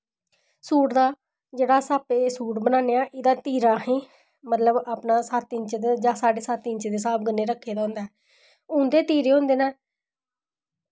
suit दा जेह्ड़ा अस आपै सूट बनान्ने आं एह्दा तीरा असें मतलब अपना सत्त इंच जां साड्डे सत्त इंच दे स्हाब कन्नै रक्खे दा होंदा ऐ उं'दे तीरे होंदे न